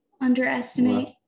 underestimate